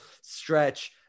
stretch